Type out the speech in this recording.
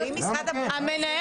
לא.